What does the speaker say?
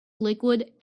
liquid